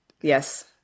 yes